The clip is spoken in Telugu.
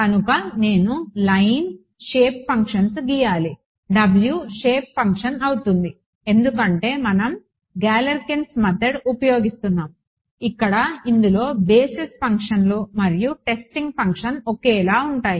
కనుక నేను లైన్ షేప్ ఫంక్షన్స్ గీయాలి W షేప్ ఫంక్షన్ అవుతుంది ఎందుకంటే మనం గాలెర్కిన్స్ మెథడ్Galerkin's method ఉపయోగిస్తాము ఇక్కడ ఇందులో బేసిస్ ఫంక్షన్స్ మరియు టెస్టింగ్ ఫంక్షన్ ఒకేలా ఉంటాయి